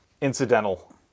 incidental